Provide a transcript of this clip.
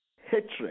hatred